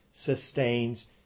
Sustains